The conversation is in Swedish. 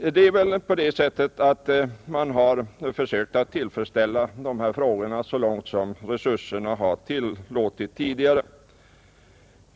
Det förhåller sig på det sättet att man tidigare har försökt att tillfredsställa önskemålen i de här frågorna så långt som resurserna tillåtit.